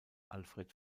alfred